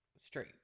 straight